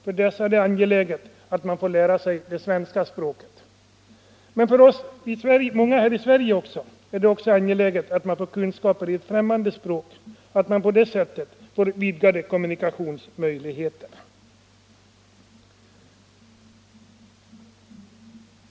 För dessa är det angeläget att få lära sig det svenska 22 språket. Men för många här i Sverige är det också angeläget att skaffa sig kunskaper i ett främmande språk för att på det sättet få vidgade kommunikationsmöjligheter.